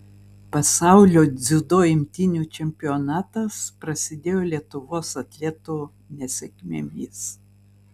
pasaulio dziudo imtynių čempionatas prasidėjo lietuvos atletų nesėkmėmis